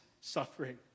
suffering